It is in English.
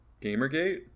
Gamergate